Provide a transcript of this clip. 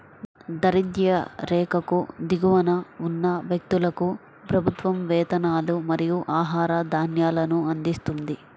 దారిద్య్ర రేఖకు దిగువన ఉన్న వ్యక్తులకు ప్రభుత్వం వేతనాలు మరియు ఆహార ధాన్యాలను అందిస్తుంది